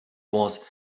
was